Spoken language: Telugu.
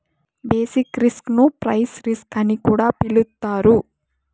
బేసిక్ రిస్క్ ను ప్రైస్ రిస్క్ అని కూడా పిలుత్తారు